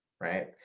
right